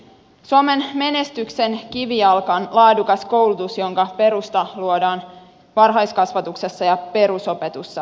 suomen menestyksen kivijalka on laadukas koulutus jonka perusta luodaan varhaiskasvatuksessa ja perusopetuksessa